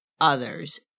others